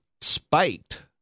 spiked